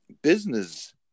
business